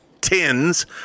tins